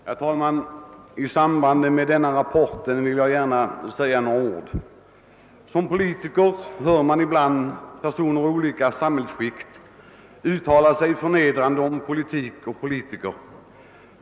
Herr talman! Jag vill säga några ord med anledning av denna rapport. Som riksdagsman hör man ibland personer ur olika samhällsskikt uttala sig förnedrande om politik och politiker.